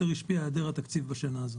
יותר השפיע היעדר התקציב בשנה הזאת.